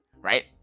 right